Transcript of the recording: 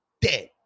dead